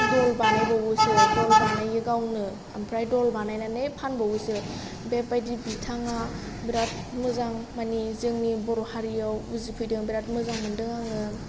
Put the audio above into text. द'ल बानायबावोसो द'ल बानायो गावनो ओमफ्राय द'ल बानायनानै फानबावोसो बेबायदि बिथाङा बिराद मोजां मानि जोंनि बर' हारिआव उजिफैदों बिराद मोजां मोनदों आङो